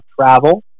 travel